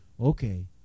okay